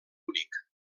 únic